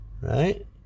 Right